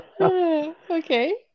Okay